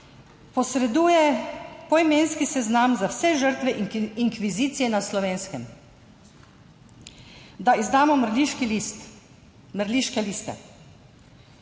posreduje poimenski seznam za vse žrtve inkvizicije na Slovenskem, da izdamo mrliške liste.